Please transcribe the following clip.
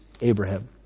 Abraham